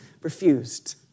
refused